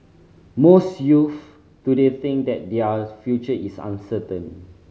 most youth today think that their future is uncertain